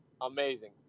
Amazing